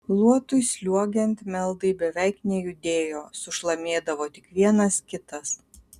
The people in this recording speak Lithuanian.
luotui sliuogiant meldai beveik nejudėjo sušlamėdavo tik vienas kitas